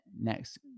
next